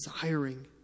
desiring